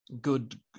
good